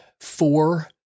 four